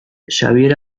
xabier